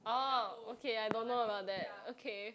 oh okay I don't know about that okay